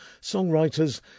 songwriters